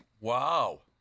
Wow